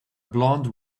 blond